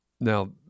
Now